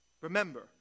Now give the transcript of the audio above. Remember